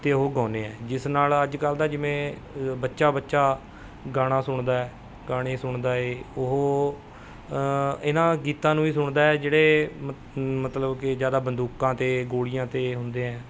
ਅਤੇ ਉਹ ਗਾਉਂਦੇ ਹੈ ਜਿਸ ਨਾਲ ਅੱਜ ਕੱਲ੍ਹ ਦਾ ਜਿਵੇਂ ਬੱਚਾ ਬੱਚਾ ਗਾਣਾ ਸੁਣਦਾ ਗਾਣੇ ਸੁਣਦਾ ਏ ਉਹ ਇਹਨਾਂ ਗੀਤਾਂ ਨੂੰ ਵੀ ਸੁਣਦਾ ਜਿਹੜੇ ਮਤ ਮਤਲਬ ਕਿ ਜ਼ਿਆਦਾ ਬੰਦੂਕਾਂ 'ਤੇ ਗੋਲੀਆਂ 'ਤੇ ਹੁੰਦੇ ਹੈ